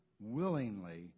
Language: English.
willingly